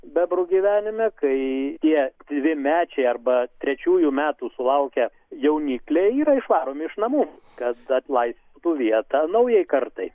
bebrų gyvenime kai jie dvimečiai arba trečiųjų metų sulaukę jaunikliai yra išvaromi iš namų kad atlaisvintų vietą naujai kartai